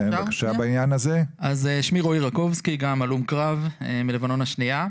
אני הלום קרב מלבנון השנייה.